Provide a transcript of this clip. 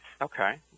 Okay